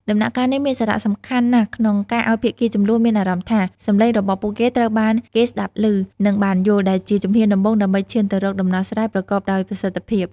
ដំណាក់កាលនេះមានសារៈសំខាន់ណាស់ក្នុងការឲ្យភាគីជម្លោះមានអារម្មណ៍ថា សំឡេងរបស់ពួកគេត្រូវបានគេស្តាប់ឮ និងបានយល់ ដែលជាជំហានដំបូងដើម្បីឈានទៅរកដំណោះស្រាយប្រកបដោយប្រសិទ្ធភាព។